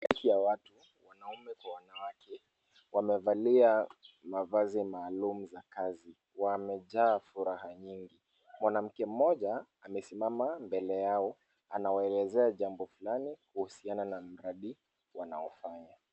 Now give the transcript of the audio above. Umati wa watu, wanaume kwa wanawake wamevalia mavazi maalum za kazi. Wamejaa furaha nyingi. Mwanamke mmoja amesimama mbele yao anawaelezea jambo fulani kuhusiana na mradi wanaofanya.